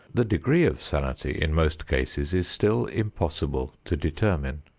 the degree of sanity in most cases is still impossible to determine.